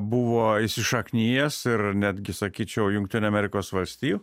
buvo įsišaknijęs ir netgi sakyčiau jungtinių amerikos valstijų